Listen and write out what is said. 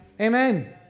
Amen